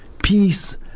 Peace